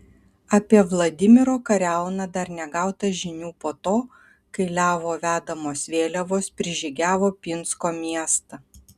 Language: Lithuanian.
apie vladimiro kariauną dar negauta žinių po to kai levo vedamos vėliavos prižygiavo pinsko miestą